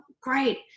Great